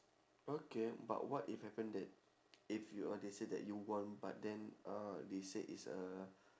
okay but what if happen that if you uh they say that you won but then uh they say it's uh